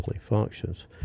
functions